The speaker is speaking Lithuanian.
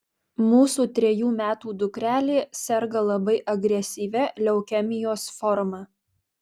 mūsų trejų metų dukrelė serga labai agresyvia leukemijos forma